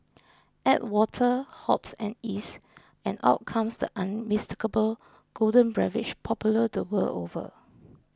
add water hops and yeast and out comes the unmistakable golden beverage popular the world over